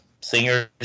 singers